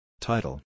Title